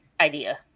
idea